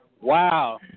Wow